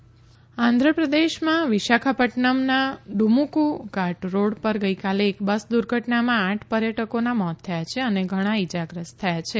Andhra bus દુર્ધટના આંધ્ર પ્રદેશમાં વિશાખાપટનમના ડુમકુ ઘાટ રોડ પર ગઇકાલે એક બસ દુર્ધટનામાં આઠ પર્યટકોના મોત થયા છે અને ઘણા ઇજાગ્રસ્ત થયા છે